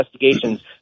investigations